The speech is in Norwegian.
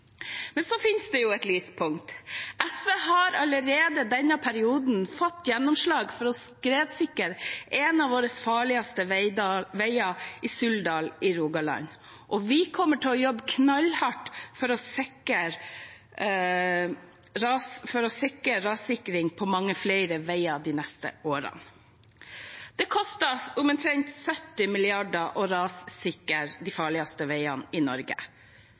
Men det finnes et lyspunkt: SV har i denne perioden allerede fått gjennomslag for å skredsikre en av våre farligste veier, i Suldal i Rogaland, og vi kommer til å jobbe knallhardt for å sikre rassikring på mange flere veier de neste årene. Det koster omtrent 70 mrd. kr å rassikre de farligste veiene i Norge.